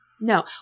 No